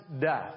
death